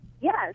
Yes